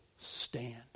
stand